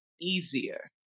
easier